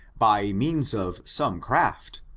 by means of some craft,